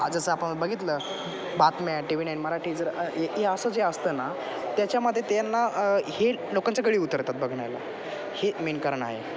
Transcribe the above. जसं आपण बघितलं बातम्या टी वी नाइन मराठी जर हे असं जे असतं ना त्याच्यामध्ये त्यांना हे लोकांच्या गळी उतरतात बघण्याला हे मेन कारण आहे